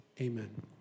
amen